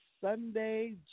Sunday